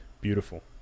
beautiful